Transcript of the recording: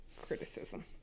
criticism